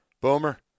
Boomer